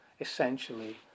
essentially